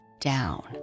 down